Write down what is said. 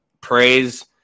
praise